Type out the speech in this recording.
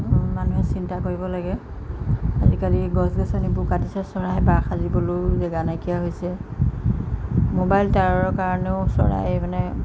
মানুহে চিন্তা কৰিব লাগে আজিকালি গছ গছনিবোৰ কাটিছে চৰাই বাহ সাজিবলৈও জাগা নাইকিয়া হৈছে মোবাইল টাৱাৰৰ কাৰণেও চৰাই মানে